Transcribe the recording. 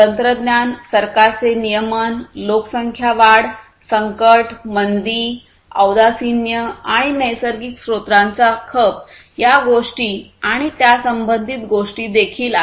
तंत्रज्ञान सरकारचे नियमन लोकसंख्या वाढ संकट मंदी औदासिन्य आणि नैसर्गिक स्त्रोतांचा खप या गोष्टी आणि त्यासंबंधित गोष्टी देखील आहेत